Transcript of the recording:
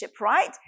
right